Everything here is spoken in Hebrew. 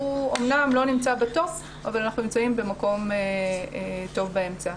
הוא אמנם לא נמצא בטופ אבל אנחנו נמצאים במקום טוב באמצע.